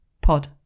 pod